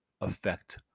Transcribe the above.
affect